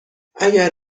اگر